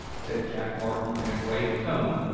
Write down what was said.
said jack martin, in a grave tone,